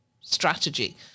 strategy